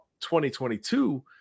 2022 –